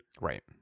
Right